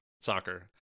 soccer